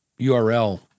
URL